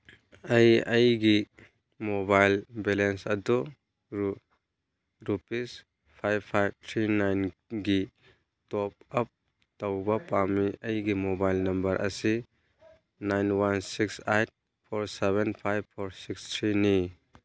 ꯑꯩ ꯑꯩꯒꯤ mobile balance ꯑꯗꯨ ꯔꯨꯄꯤꯁ ꯐꯥꯏꯚ ꯐꯥꯏꯚ ꯊ꯭ꯔꯤ ꯅꯥꯏꯟꯒꯤ ꯇꯣꯞ ꯑꯞ ꯇꯧꯕ ꯄꯥꯝꯃꯤ ꯑꯩꯒꯤ ꯃꯣꯕꯥꯏꯜ ꯅꯝꯕꯔ ꯑꯁꯤ nine one six eight four seven five four six ꯊ꯭ꯔꯤꯅꯤ